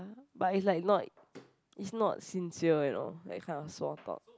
but it's like not it's not sincere at all that kind of small talk